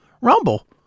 Rumble